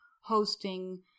hosting